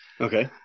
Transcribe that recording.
Okay